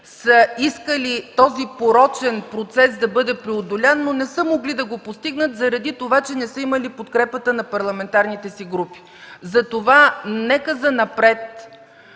са искали този порочен процес да бъде преодолян, но не са могли да го постигнат заради това, че не са имали подкрепата на парламентарните си групи. Затова нека занапред,